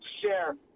share